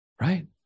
Right